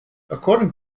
according